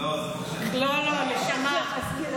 לא, לא, נשמה.